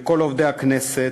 לכל עובדי הכנסת,